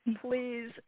please